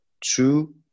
two